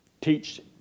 teach